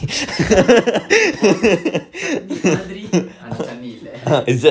chutney almost chutney மாதிரி ஆனா:mathiri aana chutney இல்ல:illa